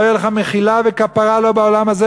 לא יהיו לך מחילה וכפרה לא בעולם הזה